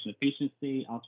efficiency